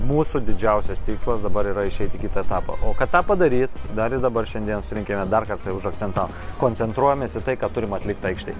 mūsų didžiausias tikslas dabar yra išeit į kitą etapą o kad tą padaryt dar ir dabar šiandien surinkime darkart tai užakcenta koncentruojamės į tai ką turim atlikt aikštėj